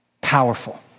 powerful